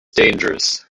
dangerous